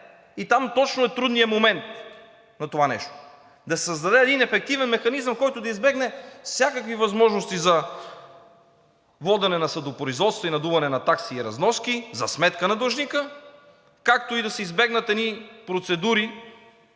и там точно е трудният момент на това нещо – да се създаде един ефективен механизъм, който да избегне всякакви възможности за водене на съдопроизводство и надуване на такси и разноски за сметка на длъжника, както и да се избегнат едни процедури,